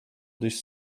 dość